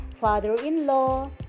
father-in-law